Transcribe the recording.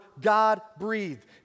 God-breathed